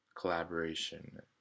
collaboration